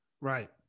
right